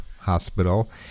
hospital